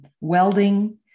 welding